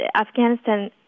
Afghanistan